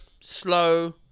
slow